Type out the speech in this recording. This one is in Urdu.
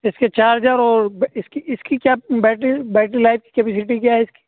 اس کے چارجر اور اس کی کیا بیٹری بیٹری لائف کی کیپیسٹی کیا ہے اس کی